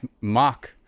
mock